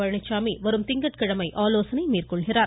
பழனிச்சாமி வரும் திங்கட்கிழமை ஆலோசனை மேற்கொள்கிறார்